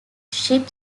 ship